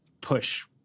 push